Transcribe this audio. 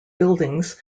buildings